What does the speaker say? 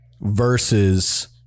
versus